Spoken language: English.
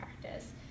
practice